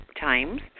times